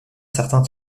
certain